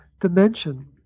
dimension